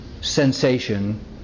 sensation